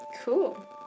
Cool